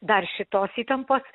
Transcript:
dar šitos įtampos